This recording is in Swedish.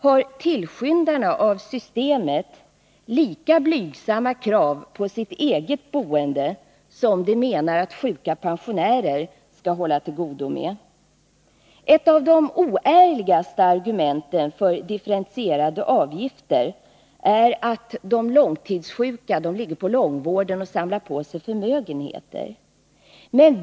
Har tillskyndarna av systemet lika blygsamma krav på sitt eget boende som de menar att sjuka pensionärer skall hålla till godo med? Ett av de oärligaste argumenten för differentierade avgifter är att de långtidssjuka ligger på långvården och samlar på sig förmögenheter.